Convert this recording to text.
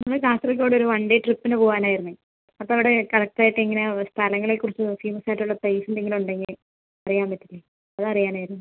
ഞങ്ങൾ കാസർഗോഡ് ഒരു one day ട്രിപ്പിന് പോവാനായിരുന്നു അപ്പോൾ അവിടെ കറക്ട് ആയിട്ട് എങ്ങനെയാണ് അവിടെ സ്ഥലങ്ങളെക്കുറിച്ച് ഫേമസ് ആയിട്ടുള്ള പ്ലേസ് എന്തെങ്കിലും ഉണ്ടെങ്കിൽ അറിയാൻ പറ്റില്ലെ അത് അറിയാൻ ആയിരുന്നു